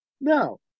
No